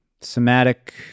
somatic